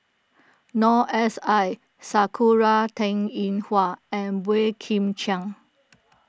Noor S I Sakura Teng Ying Hua and Boey Kim Cheng